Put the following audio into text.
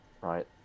right